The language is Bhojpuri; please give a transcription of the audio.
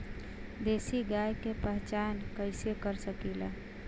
देशी गाय के पहचान कइसे कर सकीला?